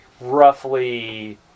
roughly